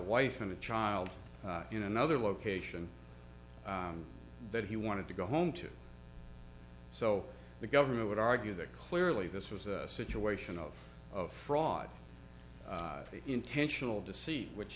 wife and a child in another location that he wanted to go home to so the government would argue that clearly this was a situation of of fraud intentional to see which